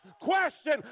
Question